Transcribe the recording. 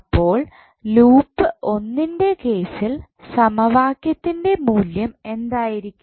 അപ്പോൾ ലൂപ്പ് ഒന്നിൻ്റെ കേസിൽ സമവാക്യത്തിൻ്റെ മൂല്യം എന്തായിരിക്കും